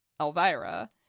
Elvira